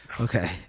Okay